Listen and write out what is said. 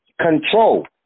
control